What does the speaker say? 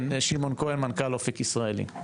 כן, שמעון כהן, מנכ"ל אופק ישראלי.